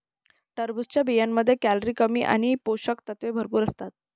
टरबूजच्या बियांमध्ये कॅलरी कमी आणि पोषक तत्वे भरपूर असतात